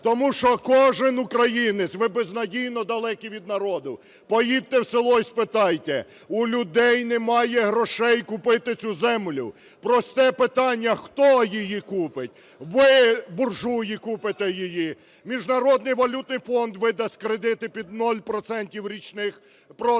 Тому що кожен українець… ви безнадійно далекі від народу, поїдьте в село і спитайте, у людей немає грошей купити цю землю. Просте питання: хто її купить. Ви, буржуї, купите її. Міжнародний валютний фонд видасть кредити під нуль процентів